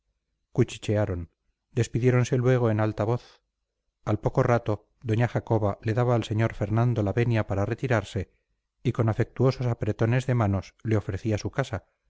alegría cuchichearon despidiéronse luego en alta voz al poco rato doña jacoba le daba al sr d fernando la venia para retirarse y con afectuosos apretones de manos le ofrecía su casa